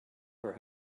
for